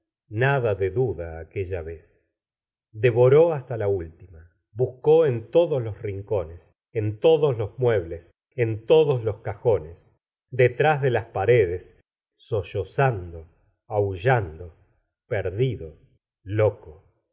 nada de duda aquella vez devoró hasta la última buscó en todos los rincones en todos los muebles en todos los cajones la señora de bovary detrás de las paredes solozando a ullando perdido loco